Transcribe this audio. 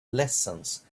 lessons